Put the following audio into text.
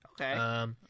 Okay